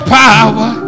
power